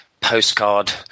postcard